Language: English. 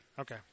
Okay